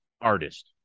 artist